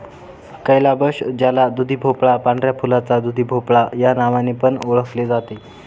calabash ज्याला दुधीभोपळा, पांढऱ्या फुलाचा दुधीभोपळा या नावाने पण ओळखले जाते